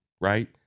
right